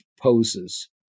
poses